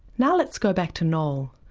now let's go back to noel.